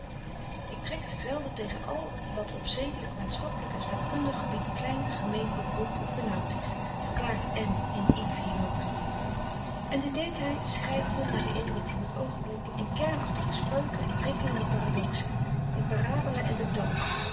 ik trek te velde tegen al wat op zedelijk maatschappelijk en staatkundig gebied klein gemeen bekrompen of benauwd is verklaart iny n dit deed hij schrijvende naar den indruk van het oogenblik in kernachtige spreuken en prikkelende paradoxen in parabelen en betoogen